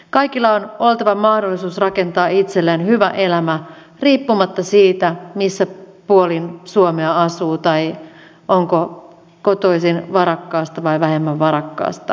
kaikilla on oltava mahdollisuus rakentaa itselleen hyvä elämä riippumatta siitä missä päin suomea asuu tai onko kotoisin varakkaasta vai vähemmän varakkaasta perheestä